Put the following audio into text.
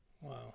Wow